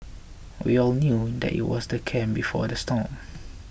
we all knew that it was the calm before the storm